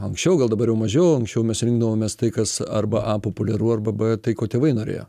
anksčiau gal dabar jau mažiau anksčiau mes rinkdavomės tai kas arba a populiaru arba b tai ko tėvai norėjo